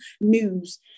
news